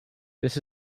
this